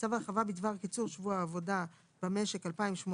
"צו הרחבה בדבר קיצור שבוע העבודה במשק 2018"